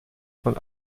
von